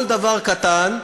כל דבר קטן,